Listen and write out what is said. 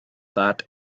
that